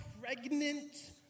pregnant